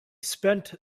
spent